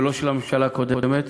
ולא של הממשלה הקודמת.